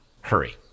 hurry